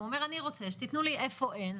והוא אומר - אני רוצה שתתנו לי איפה אין,